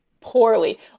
poorly